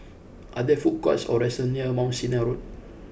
are there food courts or restaurants near Mount Sinai Road